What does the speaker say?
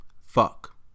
Fuck